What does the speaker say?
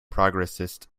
progressist